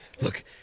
Look